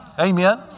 amen